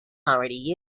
already